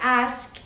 ask